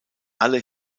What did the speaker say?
alle